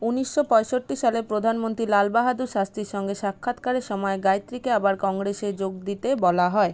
উনিশশো পঁয়ষট্টি সালে প্রধানমন্ত্রী লাল বাহাদুর শাস্ত্রীর সঙ্গে সাক্ষাৎকারের সময় গায়ত্রীকে আবার কংগ্রেসে যোগ দিতে বলা হয়